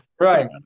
Right